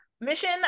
mission